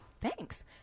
Thanks